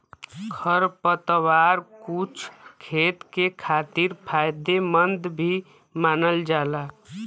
खरपतवार कुछ खेत के खातिर फायदेमंद भी मानल जाला